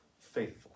faithful